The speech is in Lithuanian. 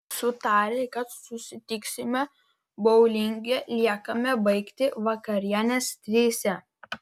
sutarę kad susitiksime boulinge liekame baigti vakarienės trise